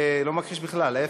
לא מכחיש בכלל, להפך,